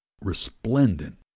resplendent